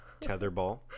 tetherball